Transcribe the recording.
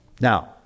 now